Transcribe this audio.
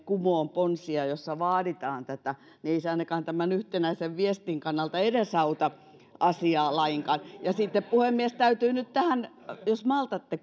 kumoon ponsia joissa vaaditaan tätä niin ei se ainakaan tämän yhtenäisen viestin kannalta edesauta asiaa lainkaan ja sitten puhemies täytyy nyt tähän jos maltatte